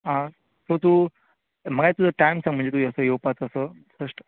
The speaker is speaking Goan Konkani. आं सो तूं म्हाका एक तुजो टायम सांग म्हणजे तूं असो योवपाचो असो बश्टो